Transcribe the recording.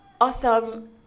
awesome